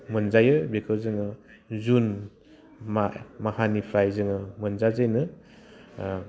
मोनजायो बिखौ जोङो जुन मासनिफ्राय जोङो मोनजाजेनो